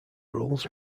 rules